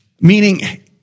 Meaning